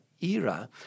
era